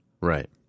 Right